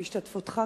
בהשתתפותך,